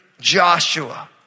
Joshua